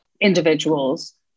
individuals